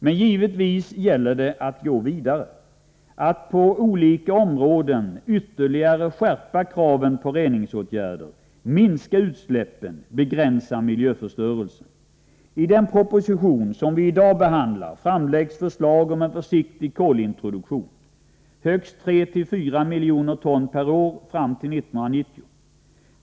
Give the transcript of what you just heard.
Det gäller emellertid att gå vidare, att på olika områden ytterligare skärpa kraven på reningsåtgärder, minska utsläppen, begränsa miljöförstörelsen. I den proposition som vi i dag behandlar framläggs förslag om en försiktig kolintroduktion — högst 3-4 miljoner ton per år fram till 1990.